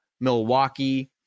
Milwaukee